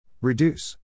Reduce